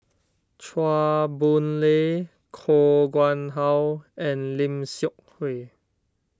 Chua Boon Lay Koh Nguang How and Lim Seok Hui